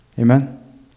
amen